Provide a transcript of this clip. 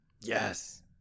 Yes